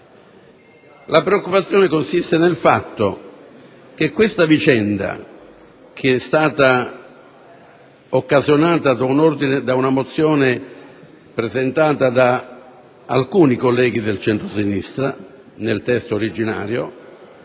La preoccupazione consiste nel fatto che questa vicenda, occasionata da una mozione presentata da alcuni colleghi del centro-sinistra - nel testo originario,